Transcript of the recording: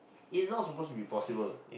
is not supposed to be possible